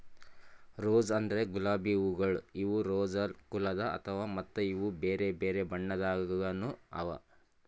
rose ಅಂದುರ್ ಗುಲಾಬಿ ಹೂವುಗೊಳ್ ಇವು ರೋಸಾ ಕುಲದ್ ಅವಾ ಮತ್ತ ಇವು ಬೇರೆ ಬೇರೆ ಬಣ್ಣದಾಗನು ಅವಾ